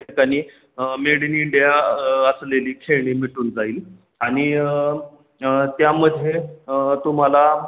ठीकाणी made in India असलेली खेळणी मिळून जाईल आणि त्यामध्ये तुम्हाला